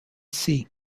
sea